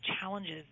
challenges